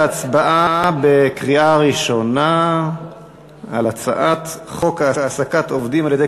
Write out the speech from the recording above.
להצבעה בקריאה ראשונה על הצעת חוק העסקת עובדים על-ידי